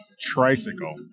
tricycle